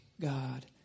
God